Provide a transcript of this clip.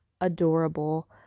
adorable